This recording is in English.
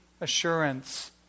assurance